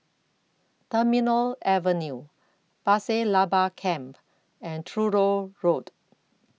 Terminal Avenue Pasir Laba Camp and Truro Road